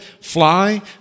fly